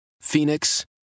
Phoenix